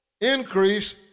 increase